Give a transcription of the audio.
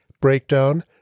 breakdown